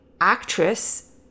actress